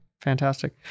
fantastic